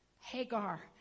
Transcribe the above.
Hagar